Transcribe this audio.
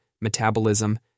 metabolism